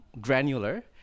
granular